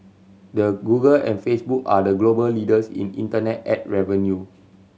the Google and Facebook are the global leaders in internet ad revenue